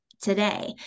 today